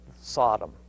Sodom